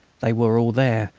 they were all there,